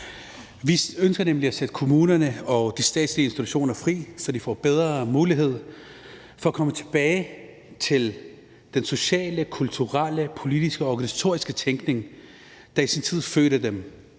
Vi ønsker nemlig at sætte kommunerne og de statslige institutioner fri, så de får bedre mulighed for at komme tilbage til den sociale, kulturelle, politiske og organisatoriske tænkning, der i sin tid fødte dem